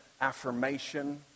affirmation